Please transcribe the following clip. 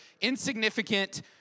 insignificant